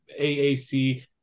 AAC